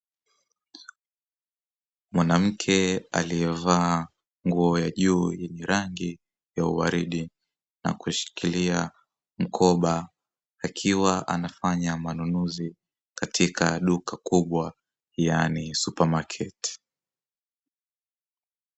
Mwanamke aliyevaa nguo ya juu yenye rangi ya uwaridi na kushikilia mkoba, akiwa anafanya manunuzi katika duka kubwa, yaani supamaketi.